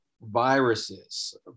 viruses